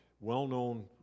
well-known